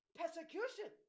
persecution